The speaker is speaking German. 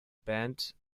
band